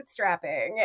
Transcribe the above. bootstrapping